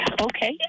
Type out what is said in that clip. Okay